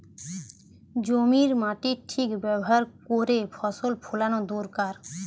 জমির মাটির ঠিক ব্যাভার কোরে ফসল ফোলানো দোরকার